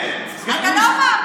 אתה לא מאמין?